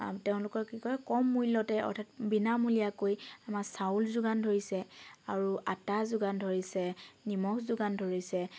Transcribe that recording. তেওঁলোকৰ কি কয় কম মূল্যতে অৰ্থাৎ বিনামূলীয়াকৈ আমাক চাউল যোগান ধৰিছে আৰু আটা যোগান ধৰিছে নিমখ যোগান ধৰিছে